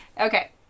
Okay